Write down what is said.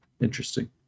interesting